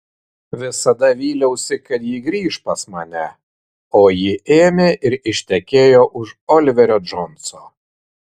visada vyliausi kad ji grįš pas mane o ji ėmė ir ištekėjo už oliverio džonso